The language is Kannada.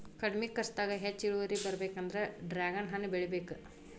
ಕಡ್ಮಿ ಕರ್ಚದಾಗ ಹೆಚ್ಚ ಇಳುವರಿ ಬರ್ಬೇಕಂದ್ರ ಡ್ರ್ಯಾಗನ್ ಹಣ್ಣ ಬೆಳಿಬೇಕ